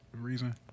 reason